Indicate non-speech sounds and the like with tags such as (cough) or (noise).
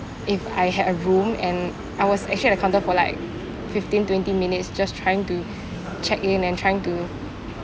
if I had a room and I was actually at the counter for like fifteen twenty minutes just trying to (breath) check in and trying to